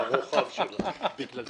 עליתי לפיגום הזה,